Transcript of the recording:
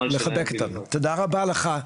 תודה רבה לך,